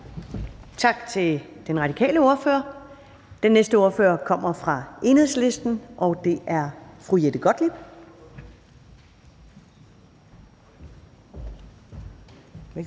Tak til den radikale ordfører. Den næste ordfører kommer fra Enhedslisten, og det er fru Jette Gottlieb.